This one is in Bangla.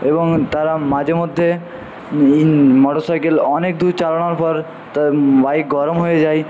এবং তারা মাঝেমধ্যে ইন মোটরসাইকেল অনেক দূর চালানোর পর তা বাইক গরম হয়ে যায়